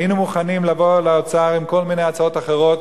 היינו מוכנים לבוא לאוצר עם כל מיני הצעות אחרות,